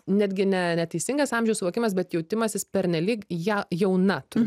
netgi ne neteisingas amžiaus suvokimas bet jautimas jis pernelyg ja jauna tu